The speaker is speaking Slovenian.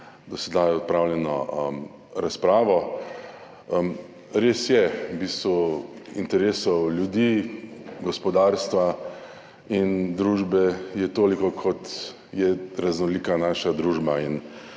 do sedaj opravljeno razpravo. Res je, v bistvu je interesov ljudi, gospodarstva in družbe toliko, kot je raznolika naša družba.